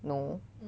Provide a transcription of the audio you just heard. no